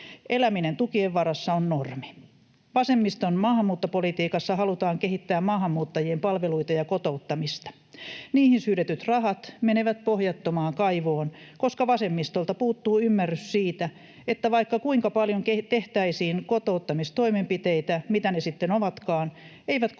Eläminen tukien varassa on normi. Vasemmiston maahanmuuttopolitiikassa halutaan kehittää maahanmuuttajien palveluita ja kotouttamista. Niihin syydetyt rahat menevät pohjattomaan kaivoon, koska vasemmistolta puuttuu ymmärrys siitä, että vaikka kuinka paljon tehtäisiin kotouttamistoimenpiteitä, mitä ne sitten ovatkaan, ne eivät kotouta